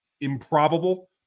improbable